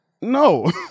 No